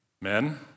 Men